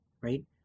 right